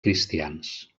cristians